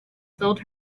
filled